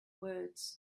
words